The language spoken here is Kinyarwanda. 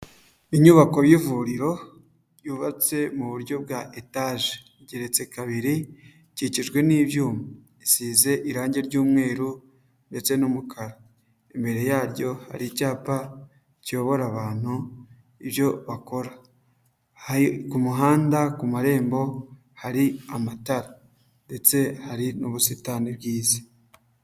Inyubako y'ivuriro yubatse mu buryo bwa etaje, igeretse kabiri ikikijwe n'ibyuma, isize irange ry'umweru ndetse n'umukara, imbere yaryo hari icyapa kiyobora abantu ibyo bakora, ku muhanda ku marembo hari amatara ndetse hari n'ubusitani bwiza.